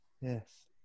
Yes